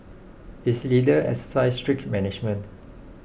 its leader exercise strict management